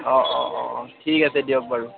অঁ অঁ অঁ অঁ ঠিক আছে দিয়ক বাৰু